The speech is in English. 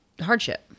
hardship